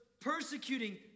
persecuting